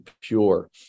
pure